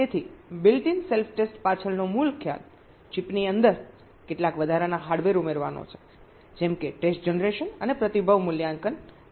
તેથી built in self test પાછળનો મૂળ ખ્યાલ ચિપની અંદર કેટલાક વધારાના હાર્ડવેર ઉમેરવાનો છે જેમ કે ટેસ્ટ જનરેશન અને પ્રતિભાવ મૂલ્યાંકન અંદર કરી શકાય